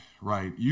right